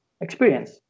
experience